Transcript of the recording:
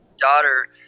daughter